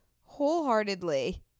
wholeheartedly